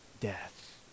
death